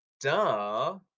duh